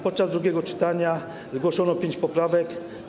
Podczas drugiego czytania zgłoszono pięć poprawek.